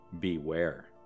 Beware